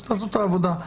אז תעשו את העבודה.